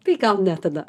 tai gal ne tada